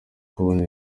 kubona